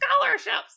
scholarships